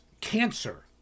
cancer